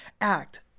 Act